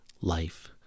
life